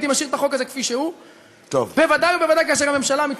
הייתי משאיר את החוק הזה כפי שהוא,